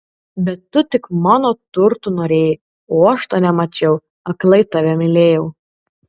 bet tu tik mano turtų norėjai o aš to nemačiau aklai tave mylėjau